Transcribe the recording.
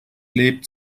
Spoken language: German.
lebt